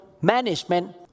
management